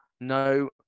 no